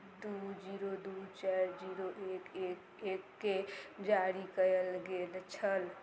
दू जीरो दू चारि जीरो एक एक एककेँ जारी कयल गेल छल